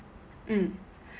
mm